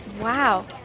Wow